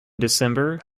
december